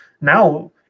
now